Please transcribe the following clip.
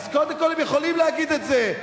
אז קודם כול הם יכולים להגיד את זה,